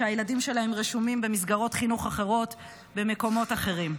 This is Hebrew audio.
כשהילדים שלהם רשומים במסגרות חינוך אחרות במקומות אחרים.